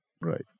Right